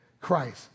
Christ